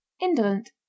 Indolent